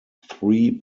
three